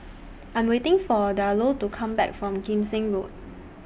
I'm waiting For Diallo to Come Back from Kim Seng Road